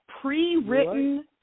pre-written